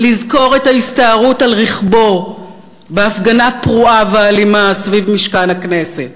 לזכור את ההסתערות על רכבו בהפגנה פרועה ואלימה סביב משכן הכנסת,